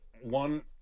One